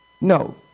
No